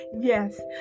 Yes